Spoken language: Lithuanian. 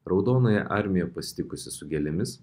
raudonąją armiją pasitikusi su gėlėmis